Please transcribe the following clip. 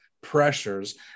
pressures